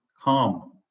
calm